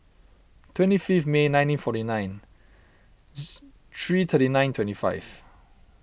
twenty fifth May nineteen forty nine three thirty nine twenty five